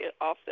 often